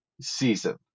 season